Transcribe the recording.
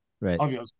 Right